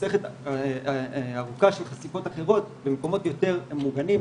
מסכת ארוכה של חשיפות אחרות במקומות יותר מוגנים,